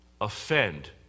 Offend